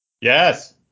Yes